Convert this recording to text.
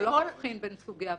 הוא לא מבחין בין סוגי עבירות.